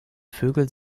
vögel